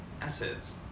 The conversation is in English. assets